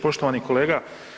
Poštovani kolega.